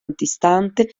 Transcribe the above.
antistante